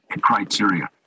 criteria